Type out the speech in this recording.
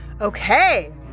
okay